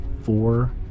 four